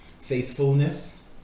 Faithfulness